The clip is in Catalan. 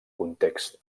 contexts